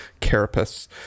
carapace